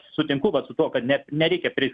sutinku vat su tuo kad net nereikia pri